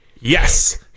Yes